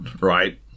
right